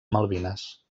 malvines